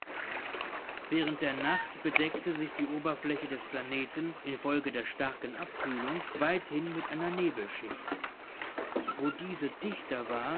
während der nacht bedeckte sich die oberfläche des planeten infolge der starken abkühlung weithin mit einer nebelschicht wo diese dichter war